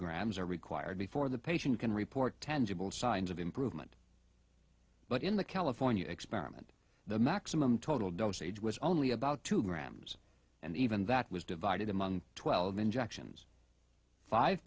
grams are required before the patient can report tangible signs of improvement but in the california experiment the maximum total dosage was only about two grams and even that was divided among twelve injections five